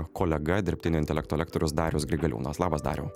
kolega dirbtinio intelekto lektorius darius grigaliūnas labas dariau